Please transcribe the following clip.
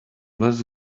less